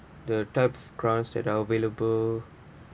the type grant that are available